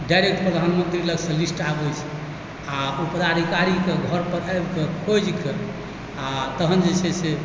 direct प्रधानमन्त्री लगसँ list आबैत छै आओर ओकरा अधिकारी कऽ घरपर आबिकऽ खोजिकऽ आओर तहन जे छै से